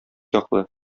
яклы